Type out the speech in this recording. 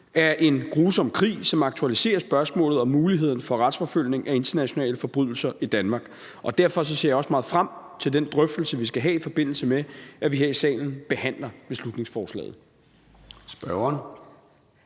er en grusom krig, som aktualiserer spørgsmålet om muligheden for retsforfølgelse af internationale forbrydelser i Danmark, og derfor ser jeg også meget frem til den drøftelse, vi skal have, i forbindelse med at vi her i salen behandler beslutningsforslaget.